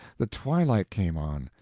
the twilight came on,